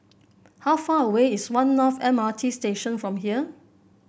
how far away is One North M R T Station from here